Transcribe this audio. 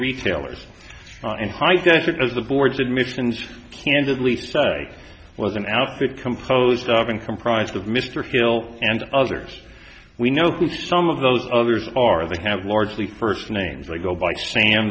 retailers in high def because the board's admissions candidly to say was an outfit composed of an comprised of mr hill and others we know who some of those others are the have largely first names like go by sa